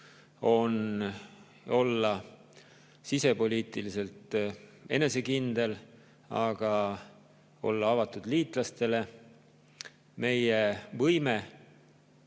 on olla sisepoliitiliselt enesekindel, aga olla avatud liitlastele. Meie võime